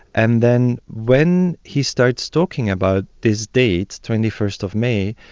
and then when he starts talking about this date, twenty first of may,